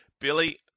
Billy